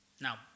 Now